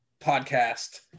podcast